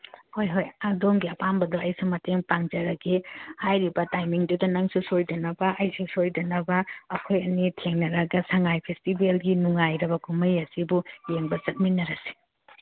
ꯍꯣꯏ ꯍꯣꯏ ꯑꯗꯣꯝꯒꯤ ꯑꯄꯥꯝꯕꯗꯨ ꯑꯩꯁꯨ ꯃꯇꯦꯡ ꯄꯥꯡꯖꯔꯒꯦ ꯍꯥꯏꯔꯤꯕ ꯇꯥꯏꯃꯤꯡꯗꯨꯗ ꯅꯪꯁꯨ ꯁꯣꯏꯗꯅꯕ ꯑꯩꯁꯨ ꯁꯣꯏꯗꯅꯕ ꯑꯩꯈꯣꯏ ꯑꯅꯤ ꯊꯦꯡꯅꯔꯒ ꯁꯉꯥꯏ ꯐꯦꯁꯇꯤꯚꯦꯜꯒꯤ ꯅꯨꯡꯉꯥꯏꯔꯕ ꯀꯨꯝꯍꯩ ꯑꯁꯤꯕꯨ ꯌꯦꯡꯕ ꯆꯠꯃꯤꯟꯅꯔꯁꯤ